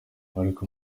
ariko